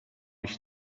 ich